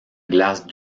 glace